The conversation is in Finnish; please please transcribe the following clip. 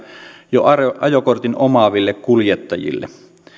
jo ajokortin omaaville kuljettajille muun muassa